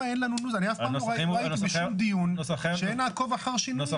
אף פעם לא הייתי באף דיון שבו אין עקוב אחרי שינויים.